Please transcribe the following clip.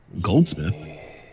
goldsmith